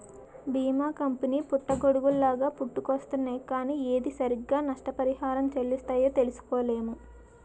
బీమా కంపెనీ పుట్టగొడుగుల్లాగా పుట్టుకొచ్చేస్తున్నాయ్ కానీ ఏది సరిగ్గా నష్టపరిహారం చెల్లిస్తాయో తెలుసుకోలేము